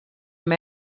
amb